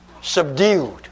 subdued